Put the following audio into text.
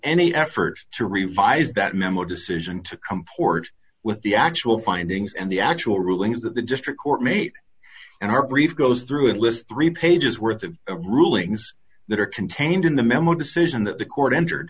any effort to revise that memo decision to comport with the actual findings and the actual rulings that the district court mate and our brief goes through it lists three pages worth of rulings that are contained in the memo decision that the court entered